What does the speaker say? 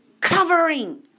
covering